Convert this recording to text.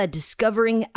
Discovering